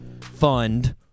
Fund